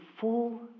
full